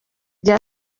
igihe